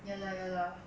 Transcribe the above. ya lah ya lah